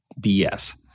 BS